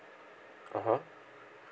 (uh huh)